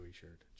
shirt